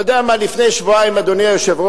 אתה יודע מה, לפני שבועיים, אדוני היושב-ראש,